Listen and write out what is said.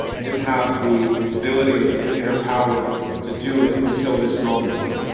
i didn't have the ability or the inner power to do it until this moment.